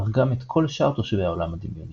אך גם את כל שאר תושבי העולם הדמיוני,